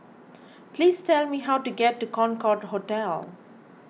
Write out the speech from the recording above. please tell me how to get to Concorde Hotel